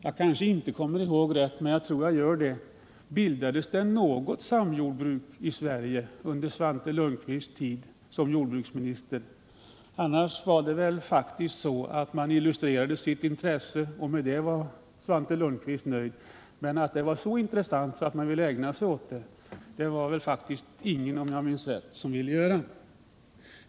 Jag kanske inte kommer ihåg rätt — men jag tror jag gör det — och jag vill då fråga: Bildades det något samjordbruk i Sverige under Svante Lundkvists tid som jordbruksminister? Annars var det faktiskt så att man illustrerade sitt intresse för samjordbruk, och med det var Svante Lundkvist nöjd. Så intressant att man ville ägna sig åt det var det inte, eftersom det, om jag minns riktigt, inte var någon som ville göra det.